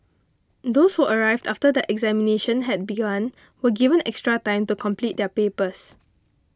those who arrived after that examinations had begun were given extra time to complete their papers